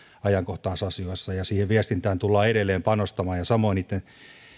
ajankohtaisasioissa ja siihen viestintään tullaan edelleen panostamaan samoin niitten